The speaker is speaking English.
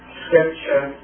scripture